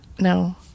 No